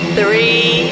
three